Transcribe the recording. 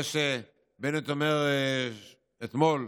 זה שבנט אומר אתמול: